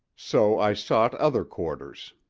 so i sought other quarters.